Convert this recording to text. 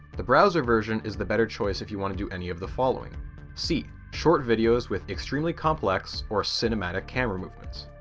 the browser version is the better choice if you want to do any of the following c. short videos with extremely complex, or cinematic camera movements.